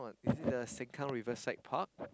is it the Sengkang riverside park